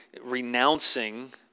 renouncing